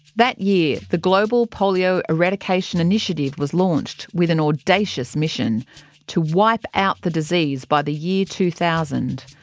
that year, the global polio eradication initiative was launched, with an audacious mission to wipe out the disease by the year two thousand.